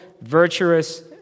virtuous